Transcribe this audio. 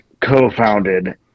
co-founded